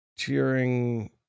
Cheering